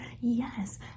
Yes